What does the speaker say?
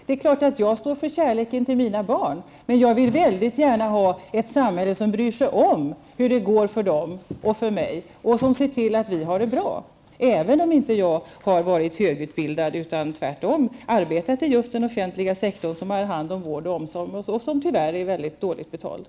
Det är klart att jag står för kärleken till mina barn, men jag vill väldigt gärna ha ett samhälle som bryr sig om hur det går för dem och för mig och som ser till att vi har det bra, även om jag inte har varit högutbildad utan tvärtom arbetat i just den offentliga sektor, som har hand om vård och omsorg men som tyvärr betalar mycket dålig lön.